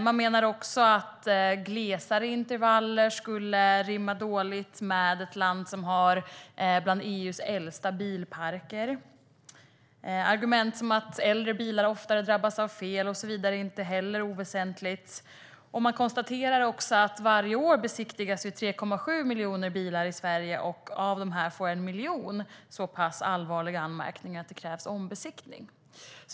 Man menar också att glesare intervaller skulle rimma dåligt med ett land som har en av EU:s äldsta bilparker. Argument som att äldre bilar oftare drabbas av fel är inte heller oväsentligt. Man konstaterar också att varje år besiktigas 3,7 miljoner bilar i Sverige. Av dem får 1 miljon så pass allvarliga anmärkningar att det krävs ombesiktning.